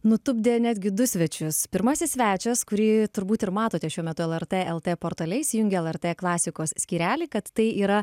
nutupdė netgi du svečius pirmasis svečias kurį turbūt ir matote šiuo metu lrt lt portale įsijungę lrt klasikos skyrelį kad tai yra